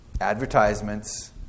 advertisements